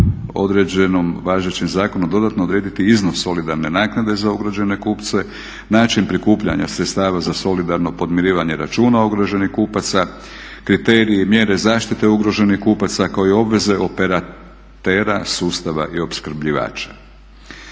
određenom važećim zakonom dodatno odrediti iznos solidarne naknade za ugrožene kupce, način prikupljanja sredstava za solidarno podmirivanje računa ugroženih kupaca, kriteriji i mjere zaštiti ugroženih kupaca kao i obveze operatera sustava i opskrbljivača.